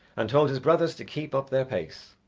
and told his brothers to keep up their pace,